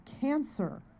cancer